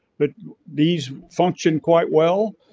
but these functioned quite well.